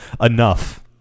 Enough